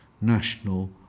national